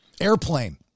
Airplane